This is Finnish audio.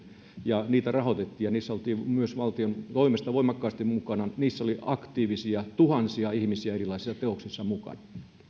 ja niitä rahoitettiin ja niissä oltiin myös valtion toimesta voimakkaasti mukana niissä oli tuhansia aktiivisia ihmisiä erilaisissa teoksissa mukana